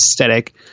aesthetic